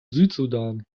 südsudan